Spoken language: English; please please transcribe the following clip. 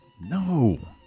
No